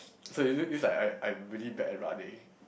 so it it like I I'm really bad at running